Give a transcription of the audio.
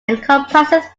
encompasses